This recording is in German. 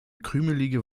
krümelige